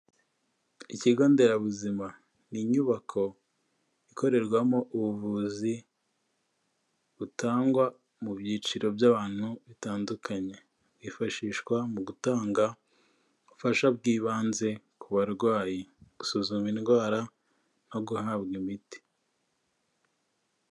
Ikigo nderabuzima, ni inyubako ikorerwamo ubuvuzi butangwa mu byiciro by'abantu bitandukanye, hifashishwa mu gutanga ubufasha bw'ibanze ku barwayi, gusuzuma indwara no guhabwa imiti.